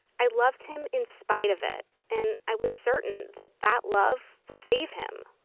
i loved him in spite of it, and i was certain that that love would save him